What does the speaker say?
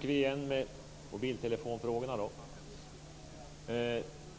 Fru talman!